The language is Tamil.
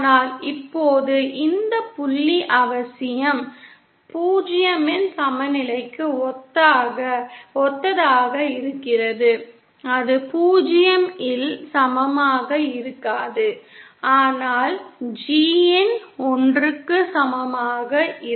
ஆனால் இப்போது இந்த புள்ளி அவசியம் 0 இன் சமநிலைக்கு ஒத்ததாக இருக்காது அது 0 இல் சமமாக இருக்காது ஆனால் G இன் 1 க்கு சமமாக இருக்கும்